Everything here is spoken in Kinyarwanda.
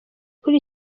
kuri